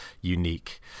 unique